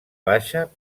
baixa